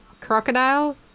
crocodile